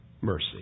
mercy